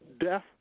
death